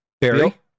Barry